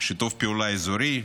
שיתוף פעולה אזורי,